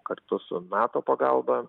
kartu su nato pagalba